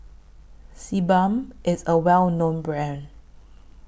Sebamed IS A Well known Brand